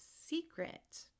secret